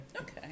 Okay